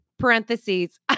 parentheses